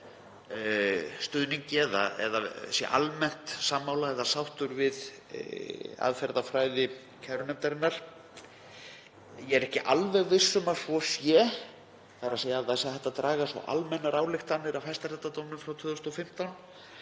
stuðningi eða sé almennt sammála eða sáttur við aðferðafræði kærunefndarinnar. Ég er ekki alveg viss um að hægt sé að draga svo almennar ályktanir af hæstaréttardómnum frá 2015.